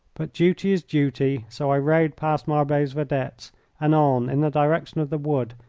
but duty is duty, so i rode past marbot's vedettes and on in the direction of the wood,